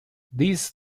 these